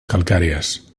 calcàries